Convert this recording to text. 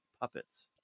puppets